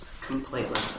Completely